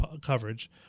coverage